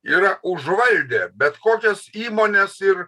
yra užvaldę bet kokias įmones ir